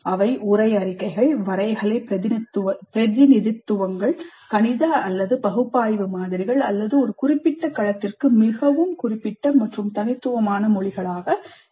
அவை உரை அறிக்கைகள் வரைகலை பிரதிநிதித்துவங்கள் கணித அல்லது பகுப்பாய்வு மாதிரிகள் அல்லது ஒரு குறிப்பிட்ட களத்திற்கு அமைந்த மற்றும் தனித்துவமான மொழிகளாக இருக்கலாம்